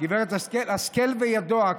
גברת השכל וידוע,